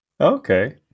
Okay